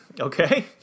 Okay